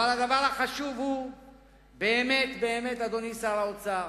אבל, הדבר החשוב הוא באמת באמת, אדוני שר האוצר,